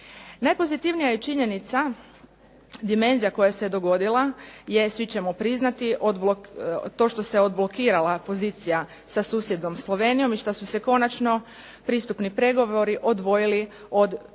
Najpozitivnija je činjenica, dimenzija koja se dogodila, je svi ćemo priznati, to što se odblokirala pozicija sa susjednom Slovenijom i što su se konačno pristupni pregovori odvojili od